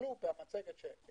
במצגת הראשונה